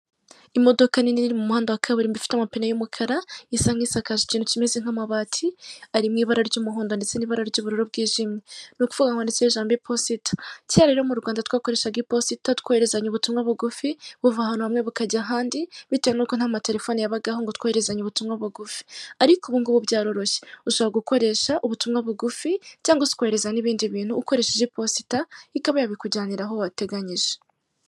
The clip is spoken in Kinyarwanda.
Imodoka nini iri mu muhanda wa kaburimbo ifite amapine y'umukara isa nk'isakaje ikintu gisa nk'amabati ari mu ibara ry'umuhondo n'ubururu bwijimye nukuvuga ngo handitseho ijambo IPOSITA, kera rero mu Rwanda twakoreshaga IPOSITA twoherezanya ubutumwa bugufi buva ahantu hamwe bukajya ahandi bitewe nuko nta matelefone yabagaho ngo twoherezanye ubutumwa bugufi, ariko ubungubu byaroroshye ushobora gukoresha ubutumwa bugufi cyangwa se ukohereza n'ibindi bintu ukoresheje IPOSITA ikaba yabikujyanira aho wateganyije.